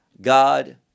God